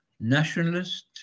nationalist